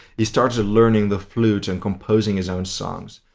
he started learning the flute and composing his own songs.